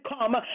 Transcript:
come